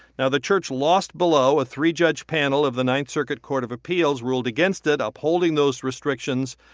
now, the church lost below. a three-judge panel of the ninth circuit court of appeals ruled against it, upholding those restrictions.